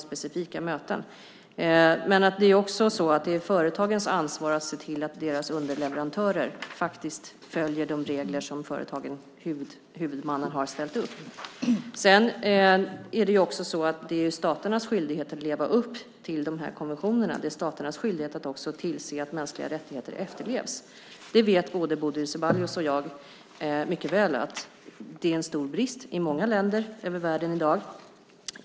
Samtidigt är det företagens ansvar att se till att deras underleverantörer följer de regler som företagen, huvudmännen, satt upp. Det är staternas skyldighet att leva upp till dessa konventioner. Det är också staternas skyldighet att tillse att mänskliga rättigheter efterlevs. Både Bodil Ceballos och jag vet att det är en stor brist i många länder över världen i dag.